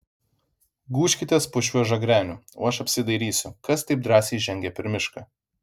gūžkitės po šiuo žagreniu o aš apsidairysiu kas taip drąsiai žengia per mišką